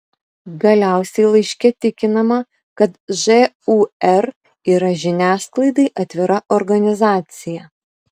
galiausiai laiške tikinama kad žūr yra žiniasklaidai atvira organizacija